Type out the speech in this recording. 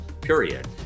period